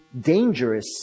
dangerous